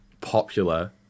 popular